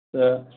तऽ